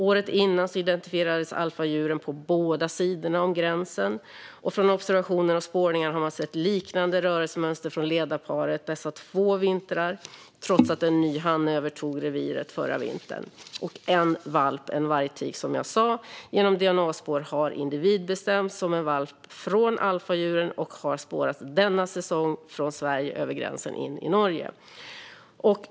Året innan identifierades alfadjuren på båda sidorna om gränsen, och från observationer och spårningar har man sett liknande rörelsemönster från ledarparet dessa två vintrar, trots att en ny hanne övertog reviret förra vintern. En vargtik har, som jag sa, genom DNA-prov individbestämts som en valp från alfadjuren och har denna säsong spårats från Sverige över gränsen in i Norge.